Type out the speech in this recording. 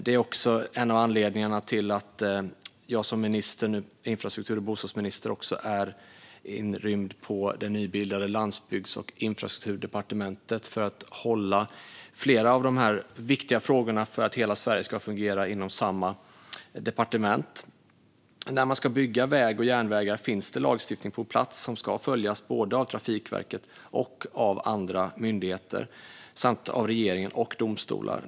Det är också en av anledningarna till att jag nu som infrastruktur och bostadsminister är inrymd på det nybildade Landsbygds och infrastrukturdepartementet för att hålla i flera av de viktiga frågorna för att hela Sverige ska fungera inom samma departement. När man ska bygga väg och järnvägar finns det lagstiftning på plats som ska följas både av Trafikverket och av andra myndigheter samt av regeringen och domstolar.